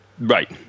Right